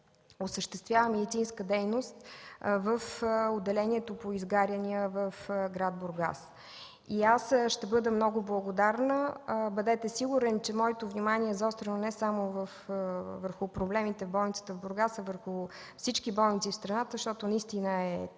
осъществява медицинска дейност в отделението по изгаряния в град Бургас. Аз ще бъда много благодарна, бъдете сигурен, че моето внимание е заострено не само върху проблемите в болницата в Бургас, а върху всички болници в страната,